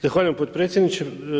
Zahvaljujem potpredsjedniče.